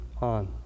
on